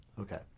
Okay